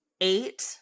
eight